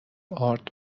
ارد